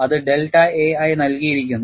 അത് delta a ആയി നൽകിയിരിക്കുന്നു